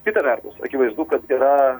kita vertus akivaizdu kad yra